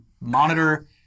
monitor